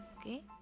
okay